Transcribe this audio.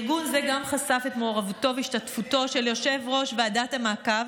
ארגון זה גם חשף את מעורבותו והשתתפותו של יו"ר ועדת המעקב